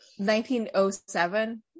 1907